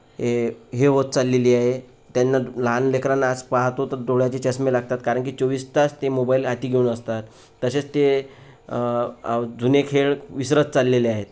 हे हे होत चाललेली आहे त्यांना लहान लेकरांना आज पाहतो तर डोळ्याचे चष्मे लागतात कारण की चोवीस तास ते मोबाईल हाती घेऊन असतात तसेच ते जुने खेळ विसरत चाललेले आहेत